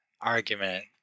argument